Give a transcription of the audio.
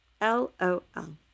L-O-L